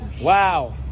Wow